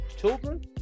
children